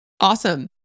Awesome